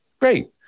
Great